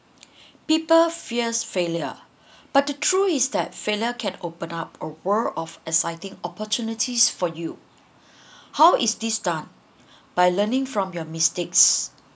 people fears failure but the truth is that failure can open up a world of exciting opportunities for you how is this done by learning from your mistakes